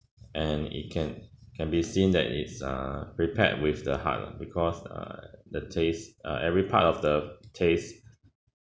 and it can can be seen that it's uh prepared with the heart ah because uh the taste err every part of the taste